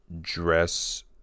dress